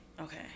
Okay